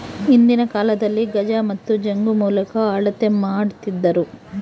ಹಿಂದಿನ ಕಾಲದಲ್ಲಿ ಗಜ ಮತ್ತು ಜಂಗು ಮೂಲಕ ಅಳತೆ ಮಾಡ್ತಿದ್ದರು